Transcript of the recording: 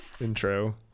intro